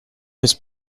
has